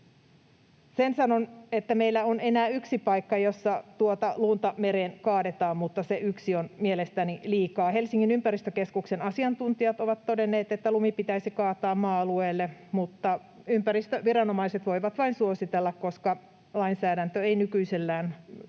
Sen sanon, että meillä on enää yksi paikka, jossa tuota lunta mereen kaadetaan, mutta se yksi on mielestäni liikaa. Helsingin ympäristökeskuksen asiantuntijat ovat todenneet, että lumi pitäisi kaataa maa-alueelle, mutta ympäristöviranomaiset voivat vain suositella, koska lainsäädäntö ei nykyisellään